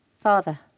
Father